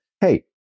hey